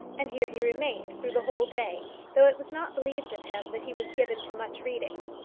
and here he remained through the whole day, though it was not believed of him that he was given to much reading.